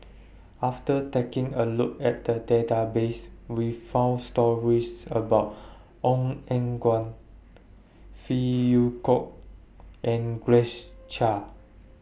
after taking A Look At The Database We found stories about Ong Eng Guan Phey Yew Kok and Grace Chia